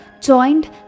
joined